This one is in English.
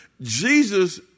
Jesus